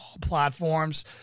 platforms